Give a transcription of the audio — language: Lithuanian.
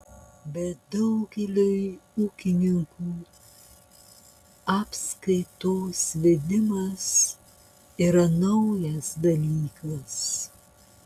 bet daugeliui ūkininkų apskaitos vedimas yra naujas dalykas